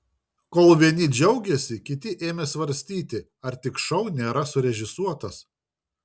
kol vieni džiaugėsi kiti ėmė svarstyti ar tik šou nėra surežisuotas